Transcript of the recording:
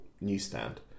Newsstand